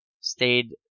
stayed